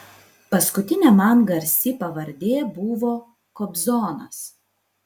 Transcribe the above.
paskutinė man garsi pavardė buvo kobzonas